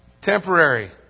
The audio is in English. Temporary